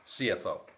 CFO